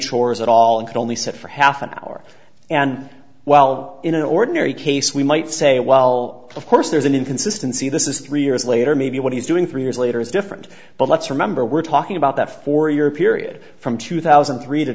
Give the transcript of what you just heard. chores at all and could only sit for half an hour and well in an ordinary case we might say well of course there's an inconsistency this is three years later maybe what he's doing three years later is different but let's remember we're talking about that for your period from two thousand and three to